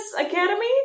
Academy